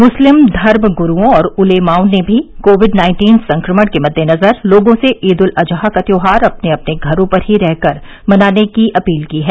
मुस्लिम धर्म गुरूओं और उलेमाओं ने भी कोविड नाइन्टीन संक्रमण के मद्देनजर लोगों से ईद उल अजहा का त्यौहार अपने अपने घरों पर ही रह कर मनाने की अपील की है